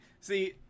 See